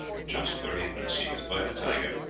just where he had been seized by the tiger.